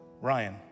Ryan